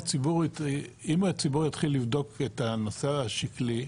אם הציבור יתחיל לבדוק את הנושא השקלי,